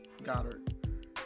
Goddard